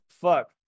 fuck